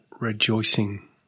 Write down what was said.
rejoicing